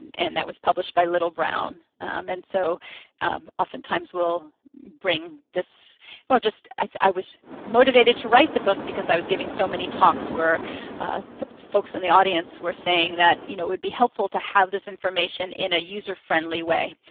and that was published by little brown. and so oftentimes we'll bring this well just i was motivated to write the book because i was giving so many talks where ah but folks in the audience were saying that it you know would be helpful to have this information in a user-friendly way.